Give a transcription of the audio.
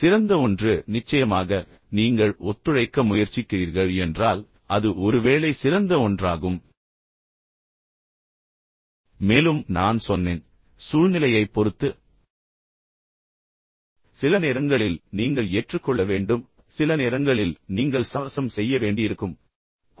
சிறந்த ஒன்று நிச்சயமாக நீங்கள் ஒத்துழைக்க முயற்சிக்கிறீர்கள் என்றால் அது ஒருவேளை சிறந்த ஒன்றாகும் மேலும் நான் சொன்னேன் சூழ்நிலையைப் பொறுத்து சில நேரங்களில் நீங்கள் ஏற்றுக்கொள்ள வேண்டும் சில நேரங்களில் நீங்கள் சமரசம் செய்ய வேண்டியிருக்கும்